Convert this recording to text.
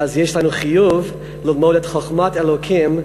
ואז יש לנו חיוב ללמוד את חוכמת אלוקים,